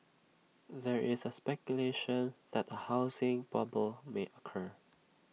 there is speculation that A housing bubble may occur